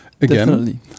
again